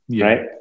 right